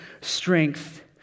strength